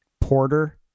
Porter